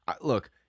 look